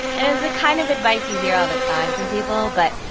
and it was the kind of advice you hear all the time from people but,